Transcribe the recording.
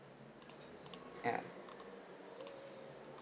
yeah